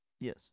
Yes